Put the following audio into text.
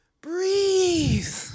Breathe